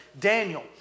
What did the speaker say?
Daniel